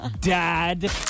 Dad